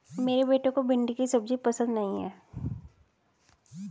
मेरे बेटे को भिंडी की सब्जी पसंद नहीं है